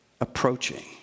approaching